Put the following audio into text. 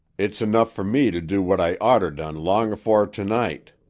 it's enough fer me to do what i oughter done long afore to-night.